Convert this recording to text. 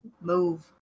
Move